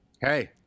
Hey